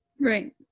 right